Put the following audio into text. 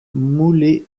moulay